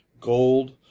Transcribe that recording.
gold